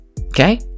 Okay